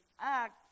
act